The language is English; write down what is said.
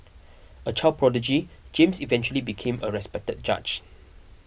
a child prodigy James eventually became a respected judge